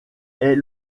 est